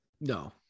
No